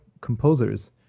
composers